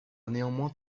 néanmoins